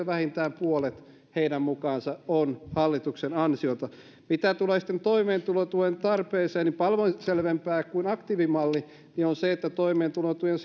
vähintään puolet heidän mukaansa on hallituksen ansiota mitä tulee sitten toimeentulotuen tarpeeseen niin paljon selvempi syy kuin aktiivimalli on se että toimeentulotuen